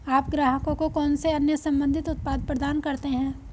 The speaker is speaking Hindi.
आप ग्राहकों को कौन से अन्य संबंधित उत्पाद प्रदान करते हैं?